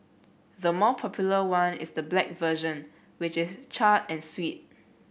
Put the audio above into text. the more popular one is the black version which is charred and sweet